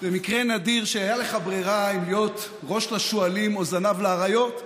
זה מקרה נדיר שבו הייתה לך ברירה להיות ראש לשועלים או זנב לאריות,